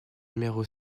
numéro